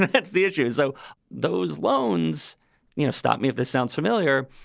that's the issue. so those loans you know stop me if this sounds familiar.